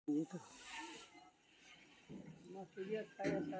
सभ्यताक प्रारंभे सं लकड़ीक उपयोग ईंधन आ निर्माण समाग्रीक रूप मे होइत रहल छै